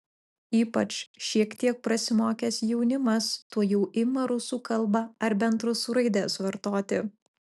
ypač šiek tiek prasimokęs jaunimas tuojau ima rusų kalbą ar bent rusų raides vartoti